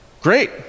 great